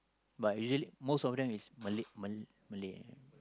but usually most of them is Malay Mal~ Malay